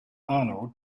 arnold